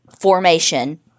formation